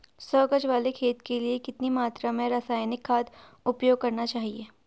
सौ गज वाले खेत के लिए कितनी मात्रा में रासायनिक खाद उपयोग करना चाहिए?